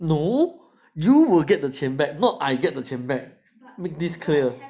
no you will get the 钱 back not I get the 钱 back make this clear